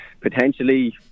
potentially